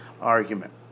argument